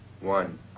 One